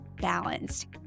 balanced